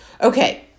Okay